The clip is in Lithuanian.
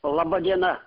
laba diena